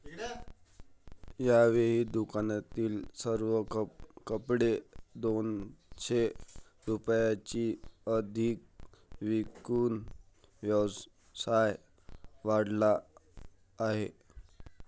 यावेळी दुकानातील सर्व कपडे दोनशे रुपयांनी अधिक विकून व्यवसाय वाढवला आहे